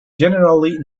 generally